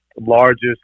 largest